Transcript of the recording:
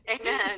Amen